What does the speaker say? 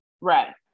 Right